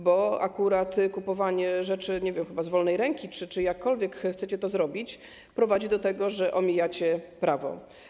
Bo akurat kupowanie rzeczy, nie wiem, chyba z wolnej ręki czy jakkolwiek chcecie to zrobić, prowadzi do tego, że omijacie prawo.